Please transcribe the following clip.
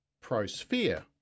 pro-sphere